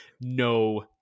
no